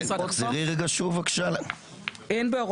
זו אמירה